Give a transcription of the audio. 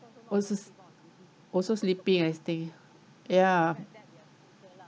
was also sleeping I think ya